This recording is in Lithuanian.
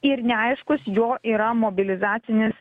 ir neaiškus jo yra mobilizacinis